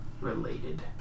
related